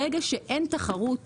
ברגע שאין תחרות